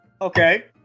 okay